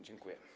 Dziękuję.